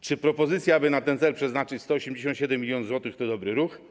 Czy propozycja, aby na ten cel przeznaczyć 187 mln zł to dobry ruch?